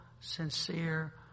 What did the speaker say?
sincere